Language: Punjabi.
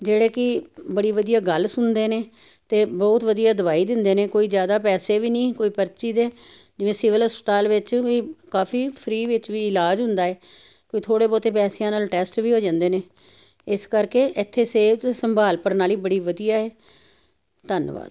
ਜਿਹੜੇ ਕਿ ਬੜੀ ਵਧੀਆ ਗੱਲ ਸੁਣਦੇ ਨੇ ਤੇ ਬਹੁਤ ਵਧੀਆ ਦਵਾਈ ਦਿੰਦੇ ਨੇ ਕੋਈ ਜਿਆਦਾ ਪੈਸੇ ਵੀ ਨੀ ਕੋਈ ਪਰਚੀ ਦੇ ਜਿਵੇਂ ਸਿਵਲ ਹਸਪਤਾਲ ਵਿੱਚ ਵੀ ਕਾਫ਼ੀ ਫ੍ਰੀ ਵਿੱਚ ਵੀ ਇਲਾਜ ਹੁੰਦਾ ਐ ਕੋਈ ਥੋੜੇ ਬਹੁਤੇ ਪੈਸਿਆਂ ਨਾਲ਼ ਟੈਸਟ ਵੀ ਹੋ ਜਾਂਦੇ ਨੇ ਇਸ ਕਰਕੇ ਐਥੇ ਸਿਹਤ ਸੰਭਾਲ ਪ੍ਰਣਾਲੀ ਬੜੀ ਵਧੀਆ ਐ ਧੰਨਵਾਦ